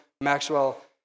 Maxwell